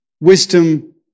Wisdom